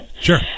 Sure